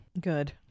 Good